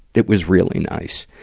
it was really nice.